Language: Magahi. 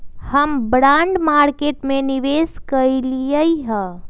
हम बॉन्ड मार्केट में निवेश कलियइ ह